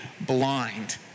blind